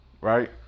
right